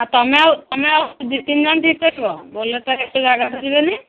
ଆଉ ତମେ ଆଉ ତମେ ଆଉ ଦୁଇ ତିନ ଜଣ ପାରିବ ବୋଲୋର୍ ତ ଏତେ ଜାଗା ଧରିବନି